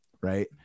right